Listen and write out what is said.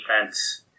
defense